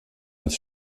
als